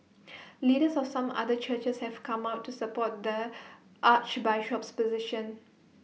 leaders of some other churches have come out to support the Archbishop's position